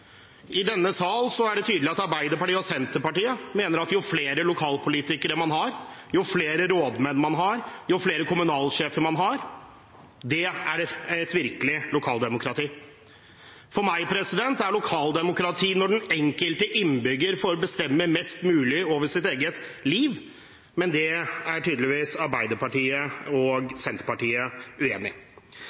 I denne sal er det tydelig at Arbeiderpartiet og Senterpartiet mener at jo flere lokalpolitikere man har, jo flere rådmenn man har, jo flere kommunalsjefer man har, jo mer er det et virkelig lokaldemokrati. For meg er lokaldemokrati når den enkelte innbygger får bestemme mest mulig over sitt eget liv, men det er tydeligvis Arbeiderpartiet og Senterpartiet uenig